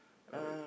alright